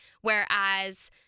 Whereas